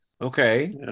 okay